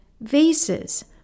vases